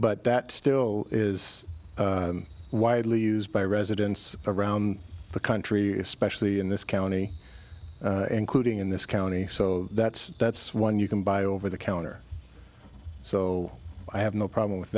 but that still is widely used by residents around the country especially in this county including in this county so that's that's one you can buy over the counter so i have no problem with